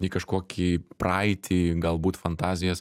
į kažkokį praeitį galbūt fantazijas